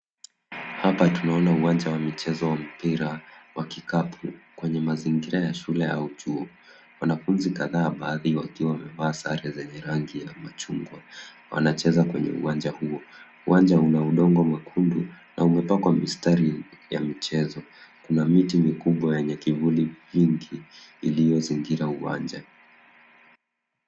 Hapa tunaona uwanja wa michezo mpira, wa kikapu, kwenye mazingira ya shule au chuo. Wanafunzi kadhaa baadhi wakiwa wamevaa sare zenye rangi ya machungwa. Wanacheza kwenye uwanja huo. Uwanja una udongo mekundu, na umepakwa mistari ya michezo. Kuna miti mikubwa yeye kivuli mingi, iliyozingira uwanja.